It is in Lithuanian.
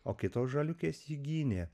o kitos žaliukės jį gynė